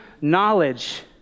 knowledge